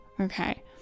okay